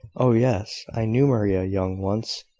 oh yes, i knew maria young once,